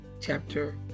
chapter